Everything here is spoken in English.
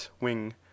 wing